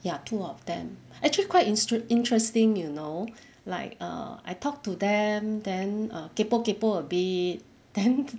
ya two of them actually quite instru~ interesting you know like err I talked to them then err kaypoh kaypoh a bit then